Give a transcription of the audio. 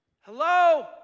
hello